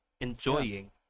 enjoying